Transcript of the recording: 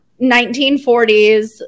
1940s